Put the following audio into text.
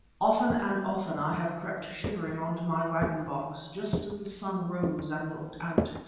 often and often i have crept shivering on to my waggon-box just as the sun rose and looked out.